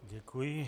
Děkuji.